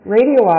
Radio